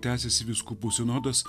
tęsiasi vyskupų sinodas